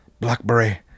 blackberry